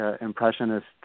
Impressionist